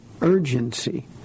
urgency